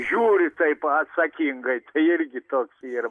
žiūri taip atsakingai tai irgi toks ir